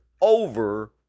over